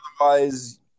otherwise